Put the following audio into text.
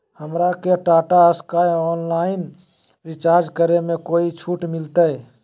हमरा के Tata sky online recharge करे में कोई छूट मिलतई